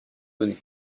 donnée